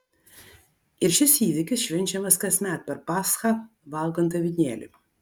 ir šis įvykis švenčiamas kasmet per paschą valgant avinėlį